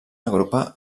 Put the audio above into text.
agrupar